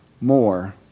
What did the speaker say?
more